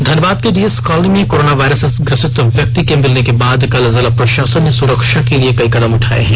धनबाद के DS colony में coronavirus से ग्रसित व्यक्ति के मिलने के बाद कल जिला प्रषासन ने सुरक्षा के लिए कई कदम उठाये हैं